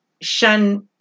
shun